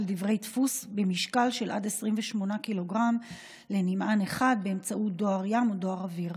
דברי דפוס במשקל של עד 28 ק"ג לנמען אחד באמצעות דואר ים או דואר אוויר.